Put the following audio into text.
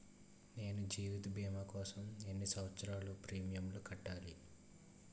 నేను జీవిత భీమా కోసం ఎన్ని సంవత్సారాలు ప్రీమియంలు కట్టాలి?